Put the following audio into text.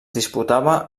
disputava